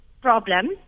problem